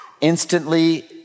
instantly